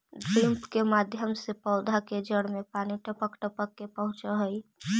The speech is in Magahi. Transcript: ड्रिप के माध्यम से पौधा के जड़ में पानी टपक टपक के पहुँचऽ हइ